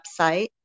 website